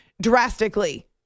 Drastically